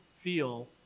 feel